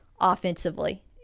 offensively